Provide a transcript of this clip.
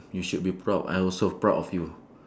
you should be proud I also proud of you